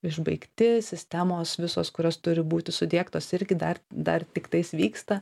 išbaigti sistemos visos kurios turi būti sudiegtos irgi dar dar tiktais vyksta